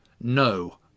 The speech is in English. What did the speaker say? No